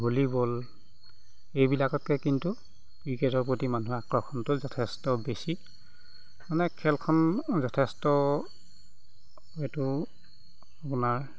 volleyball এইবিলাকতকৈ কিন্তু ক্ৰিকেটৰ প্ৰতি মানুহৰ আকৰ্ষণটো যথেষ্ট বেছি মানে খেলখন যথেষ্ট এইটো আপোনাৰ